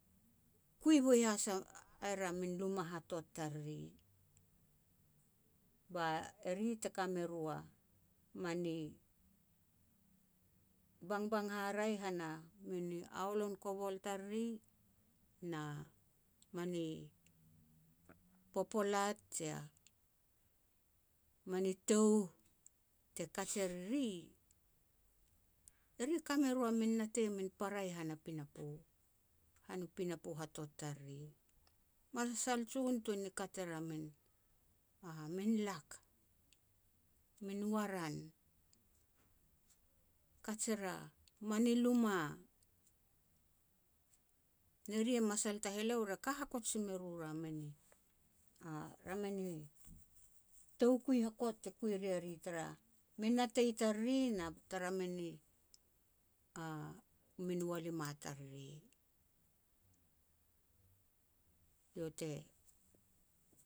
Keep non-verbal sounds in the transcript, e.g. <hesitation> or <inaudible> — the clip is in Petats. kui boi has <hesitation> er a min luma hatot tariri, ba eri te ka me ro a mani bangbang haraeh han a mini aolon kobol tariri, na mani popolat jea mani touh te kaj e riri, eri e ka me ro a min natei a min para i han a pinapo, han a pinapo hatot tariri. Masal jon tuan ni kat er a min-a min lak, min waran, kaj er a mani luma, ne ri a masal taheleo re ka hakot si me ru ra min, <hesitation> ra mini toukui hakot te kui e ria ri tara min natei tariri, na tara min <hesitation> min walima tariri. Iau te